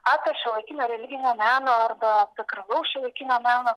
apie šiuolaikinio religinio meno arba sakralaus šiuolaikinio meno